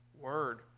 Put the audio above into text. word